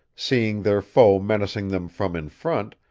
seeing their foe menacing them from in front,